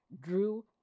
drew